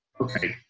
okay